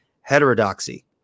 heterodoxy